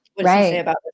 right